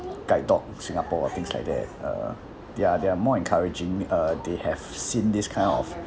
guide dog singapore or things like that uh they are they are more encouraging uh they have seen this kind of